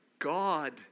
God